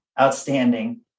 outstanding